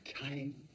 time